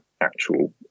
actual